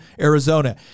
Arizona